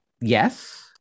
yes